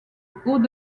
haut